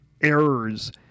errors